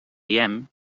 diem